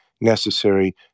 necessary